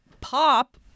pop